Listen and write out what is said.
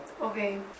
Okay